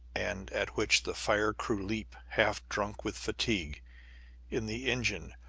and at which the fire crew leap, half drunk with fatigue in the engine,